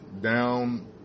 down